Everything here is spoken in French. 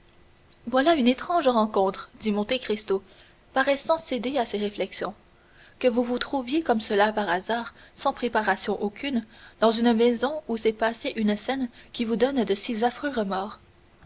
voilà une étrange rencontre dit monte cristo paraissant céder à ses réflexions que vous vous trouviez comme cela par hasard sans préparation aucune dans une maison où s'est passée une scène qui vous donne de si affreux remords